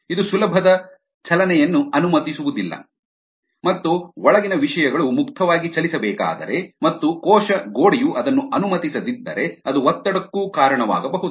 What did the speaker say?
ಇದು ಸುಲಭವಾದ ಚಲನೆಯನ್ನು ಅನುಮತಿಸುವುದಿಲ್ಲ ಮತ್ತು ಒಳಗಿನ ವಿಷಯಗಳು ಮುಕ್ತವಾಗಿ ಚಲಿಸಬೇಕಾದರೆ ಮತ್ತು ಕೋಶ ಗೋಡೆಯು ಅದನ್ನು ಅನುಮತಿಸದಿದ್ದರೆ ಅದು ಒತ್ತಡಕ್ಕೂ ಕಾರಣವಾಗಬಹುದು